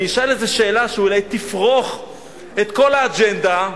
אני אשאל איזה שאלה שאולי תפריך את כל האג'נדה,